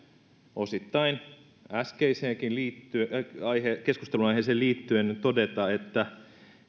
osittain äskeiseenkin keskusteluaiheeseen liittyen todeta että